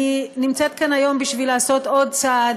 אני נמצאת כאן היום בשביל לעשות עוד צעד